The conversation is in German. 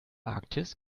arktis